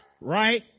right